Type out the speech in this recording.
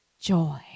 joy